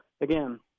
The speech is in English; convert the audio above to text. again